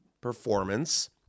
performance